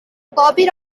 bobby